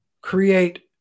create